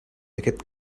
aquest